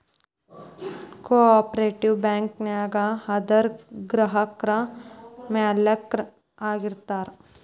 co operative bank ನ್ಯಾಗ ಅದರ್ ಗ್ರಾಹಕ್ರ ಮಾಲೇಕ್ರ ಆಗಿರ್ತಾರ